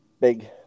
big